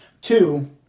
Two